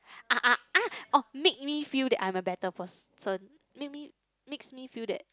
ah ah ah oh make me feel that I am a better person make me makes me feel that